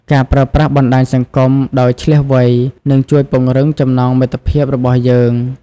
ការប្រើប្រាស់បណ្ដាញសង្គមដោយឈ្លាសវៃនឹងជួយពង្រឹងចំណងមិត្តភាពរបស់យើង។